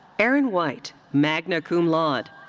erin white, magna cum laude.